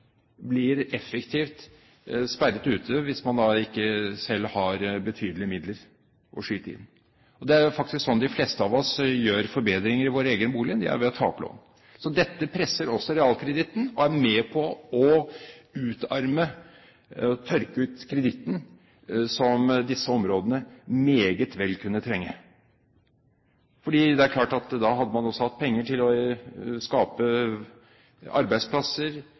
blir effektivt sperret ute, hvis man da ikke selv har betydelige midler å skyte inn. Det er faktisk ved å ta opp lån de fleste av oss gjør forbedringer i vår egen bolig. Så dette presser også realkreditten og er med på å utarme, tørke ut, kreditten som disse områdene meget vel kunne trenge. Da hadde man også hatt penger til å skape arbeidsplasser: